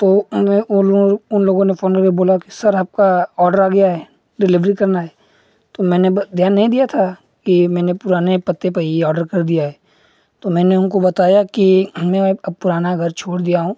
तो उन लो उन लोगों ने ने फोन करके बोला की सर आपका ऑर्डर आ गया है डिलिवरी करना है तो मैंने अब ध्यान नहीं दिया था की मैने पुराने पते पर ही ऑर्डर कर दिया है तो मैंने उनको बताया कि मैं अब पुराना घर छोड़ दिया हूँ